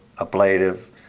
ablative